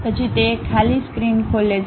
પછી તે એક ખાલી સ્ક્રીન ખોલે છે